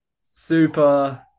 super